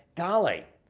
golly,